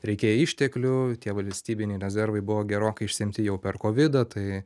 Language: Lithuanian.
reikėjo išteklių tie valstybiniai rezervai buvo gerokai išsemti jau per kovidą tai